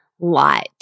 light